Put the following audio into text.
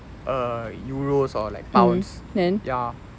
err euros or like pounds ya